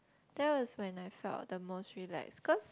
that was when I felt the most relax cause